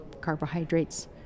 carbohydrates